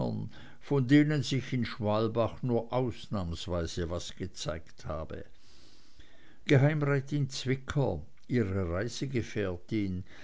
von denen sich in schwalbach nur ausnahmsweise was gezeigt habe geheimrätin zwicker ihre